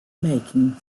making